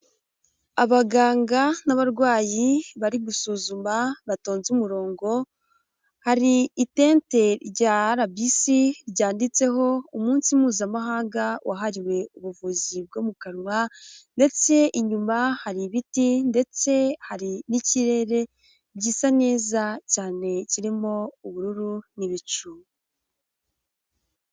Abaganga n'abarwayi bari gusuzuma batonze umurongo, hari itente rya RBC ryanditseho umunsi mpuzamahanga wahariwe ubuvuzi bwo mu kanwa, ndetse inyuma hari ibiti ndetse hari n'ikirere gisa neza cyane, kirimo ubururu n'ibicu.